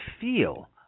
feel